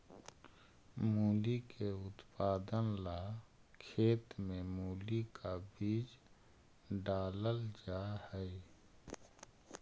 मूली के उत्पादन ला खेत में मूली का बीज डालल जा हई